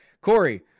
Corey